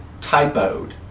typoed